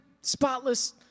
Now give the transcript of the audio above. spotless